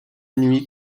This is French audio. nuit